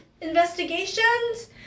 investigations